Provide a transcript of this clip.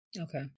Okay